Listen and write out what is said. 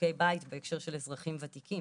ריתוקי בית בהקשר של אזרחים ותיקים.